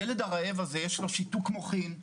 לילד הרעב הזה יש שיתוק מוחין,